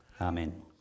Amen